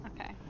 Okay